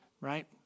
right